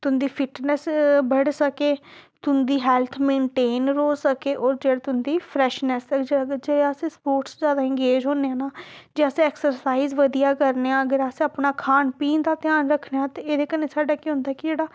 तुं'दी फिटनस बड़ सके तुं'दी हैल्थ मेनटेन रौह् सके होर जेह्ड़ा तुं'दी फ्रैशनस जे अस स्पोर्टस जादा इंगेज होन्ने आं जे अस ऐक्सरसाइज बधिया करने आं अगर अस अपना खान पीन दा ध्यान रक्खने आं ते एह्दे कन्नै साढ़ा केह् होंदा कि जेह्ड़ा